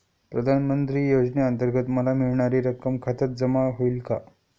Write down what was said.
प्रधानमंत्री योजनेअंतर्गत मला मिळणारी रक्कम खात्यात जमा होईल का?